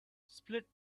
split